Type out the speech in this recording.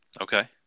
Okay